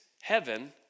heaven